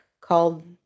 called